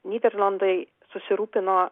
nyderlandai susirūpino